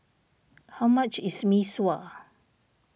how much is Mee Sua